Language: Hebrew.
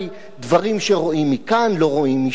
דברים שרואים מכאן לא רואים משם,